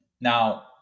Now